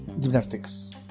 gymnastics